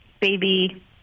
baby